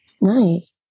nice